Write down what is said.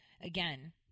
again